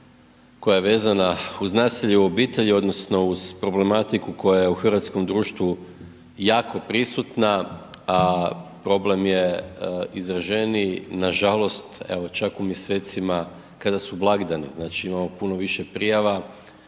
koja je vezana uz nasilje u obitelji odnosno uz problematiku koja je u hrvatskom društvu jako prisutna a problem je izraženiji nažalost evo čak u mjesecima kada su blagdani, znači imamo puno više prijava